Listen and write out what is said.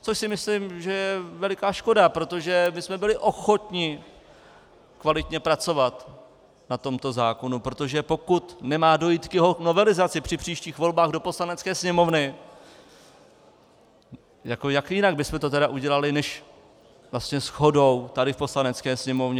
Což si myslím, že je veliká škoda, protože my jsme byli ochotni kvalitně pracovat na tomto zákonu, protože pokud nemá dojít k jeho novelizaci při příštích volbách do Poslanecké sněmovny, jak jinak bychom to udělali než vlastně shodou tady v Poslanecké sněmovně.